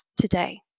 today